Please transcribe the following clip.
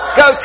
go